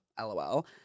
LOL